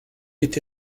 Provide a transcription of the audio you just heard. été